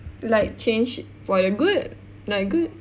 like change for the good like good